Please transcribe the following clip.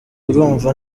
urumva